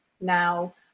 now